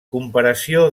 comparació